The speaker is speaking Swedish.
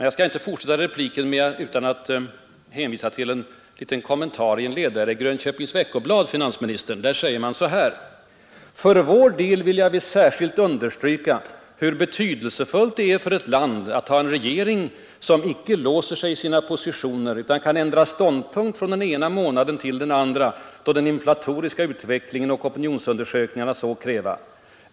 Jag skall inte fullfölja min egen replik i den delen utan ge ordet till en ledare i Grönköpings Veckoblad där det något mindre allvarligt heter: ”För vår del vilja vi särskilt understryka hur betydelsefullt det är för ett land att ha en regering, som icke låser sig i sina positioner utan kan ändra ståndpunkt från den ena månaden till den andra, då den inflatoriska utvecklingen och opinionsundersökningarna så kräva.